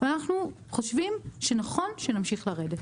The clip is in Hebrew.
אנחנו חושבים שנכון שנמשיך לרדת.